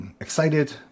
excited